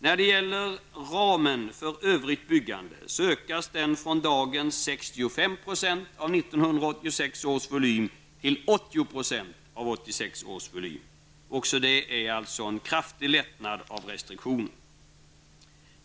När det gäller ramen för övrigt byggande sker det en ökning från dagens 65 % av 1986 års volym till 80 % av samma volym. Också detta innebär en kraftig lättnad av restriktionerna.